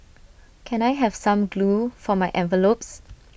can I have some glue for my envelopes